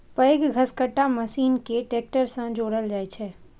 पैघ घसकट्टा मशीन कें ट्रैक्टर सं जोड़ल जाइ छै